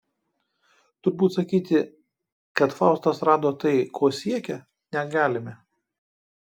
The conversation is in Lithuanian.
turbūt sakyti kad faustas rado tai ko siekė negalime